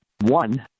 One